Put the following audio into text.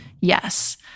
Yes